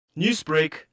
Newsbreak